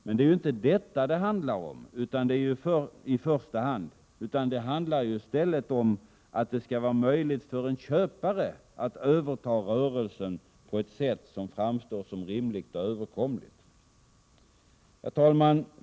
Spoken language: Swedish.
Men det är ju inte detta det handlar om i första hand. Det handlar i stället om att det skall vara möjligt för en köpare att överta rörelsen på ett sätt som framstår som rimligt och överkomligt. Herr talman!